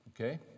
okay